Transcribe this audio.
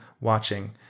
watching